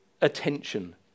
Attention